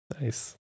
Nice